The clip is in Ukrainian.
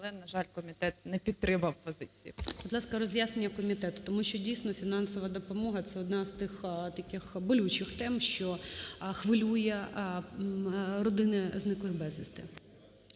але, на жаль, комітет не підтримав позицію. ГОЛОВУЮЧИЙ. Будь ласка, роз'яснення комітету, тому що, дійсно, фінансова допомога - це одна з тих таких болючих тем, що хвилює родини зниклих безвісти.